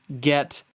get